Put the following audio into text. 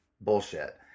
bullshit